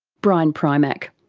brian primack.